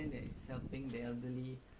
mmhmm